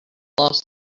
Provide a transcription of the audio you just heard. lost